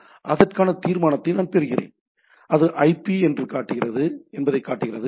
எனவே அதற்கான தீர்மானத்தை நான் பெறுகிறேன் அது ஐபி என்பதைக் காட்டுகிறது